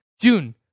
June